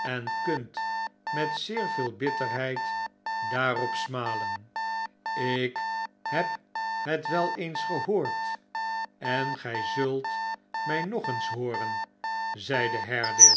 en kunt met zeer veel bitterheid daarop smalen ik heb het wel eens gehoord en gij zult mijnogeens hooren zeide